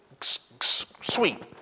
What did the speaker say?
sweet